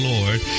Lord